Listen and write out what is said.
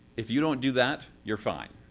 if you don't do that, you're fine.